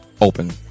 open